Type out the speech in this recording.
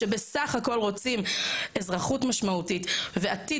שבסך הכל רוצים אזרחות משמעותית ועתיד